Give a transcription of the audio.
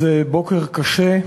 זה בוקר קשה.